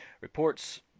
Reports